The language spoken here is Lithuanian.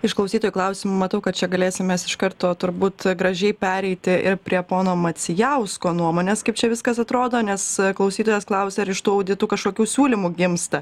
iš klausytojų klausimų matau kad čia galėsim mes iš karto turbūt gražiai pereiti ir prie pono macijausko nuomonės kaip čia viskas atrodo nes klausytojas klausia ar iš tų auditų kažkokių siūlymų gimsta